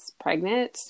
pregnant